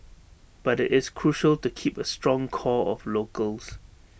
but it's crucial to keep A strong core of locals